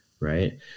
Right